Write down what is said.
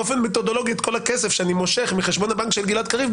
באופן מתודולוגי את כל הכסף שאני מושך מחשבון הבנק של גלעד קריב,